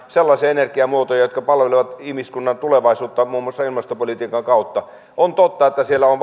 sellaisia energiamuotoja jotka palvelevat ihmiskunnan tulevaisuutta muun muassa ilmastopolitiikan kautta on totta että siellä on